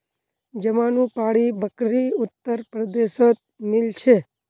जमानुपारी बकरी उत्तर प्रदेशत मिल छे